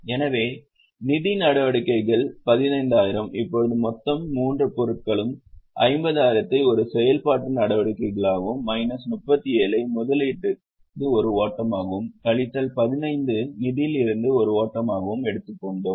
எனவே நிதி நடவடிக்கைகள் 15000 இப்போது மொத்தம் மூன்று பொருட்களும் 50000 ஐ ஒரு செயல்பாட்டு நடவடிக்கைகளாகவும் மைனஸ் 37 ஐ முதலீட்டிலிருந்து ஒரு ஓட்டமாகவும் கழித்தல் 15 நிதியிலிருந்து ஒரு ஓட்டமாகவும் எடுத்துக்கொண்டோம்